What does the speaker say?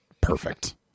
perfect